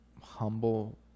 humble